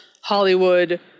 Hollywood